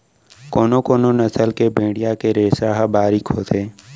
कोनो कोनो नसल के भेड़िया के रेसा ह बारीक होथे